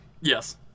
Yes